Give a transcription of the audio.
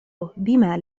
بما